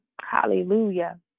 hallelujah